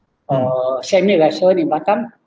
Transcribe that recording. uh sell like so makan